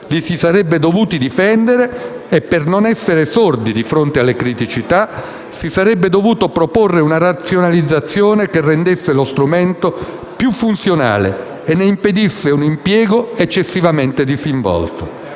li si sarebbe dovuti dunque difendere e, per non essere sordi di fronte alle criticità, si sarebbe dovuta proporre una razionalizzazione che rendesse tale strumento più funzionale e ne impedisse un impiego eccessivamente disinvolto.